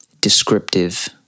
descriptive